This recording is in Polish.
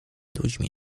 ludźmi